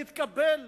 יתקבל.